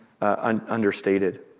understated